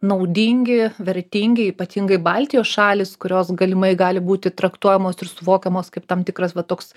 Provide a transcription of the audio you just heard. naudingi vertingi ypatingai baltijos šalys kurios galimai gali būti traktuojamos ir suvokiamos kaip tam tikras va toks